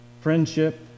friendship